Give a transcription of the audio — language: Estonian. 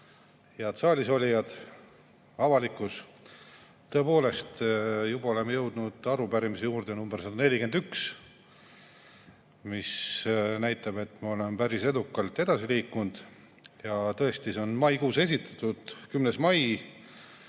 Head saalisolijad ja avalikkus! Tõepoolest, juba oleme jõudnud arupärimise nr 141 juurde, mis näitab, et me oleme päris edukalt edasi liikunud. Tõesti, see on maikuus esitatud, 10. mail,